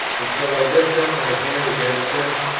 and shall i lift up my hand against them?